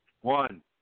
One